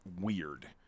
weird